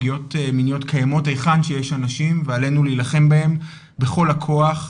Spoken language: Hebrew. פגיעות מיניות קיימות היכן שיש אנשים ועלינו להילחם בהן בכל הכוח,